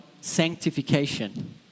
sanctification